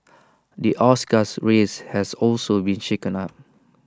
the Oscar's race has also been shaken up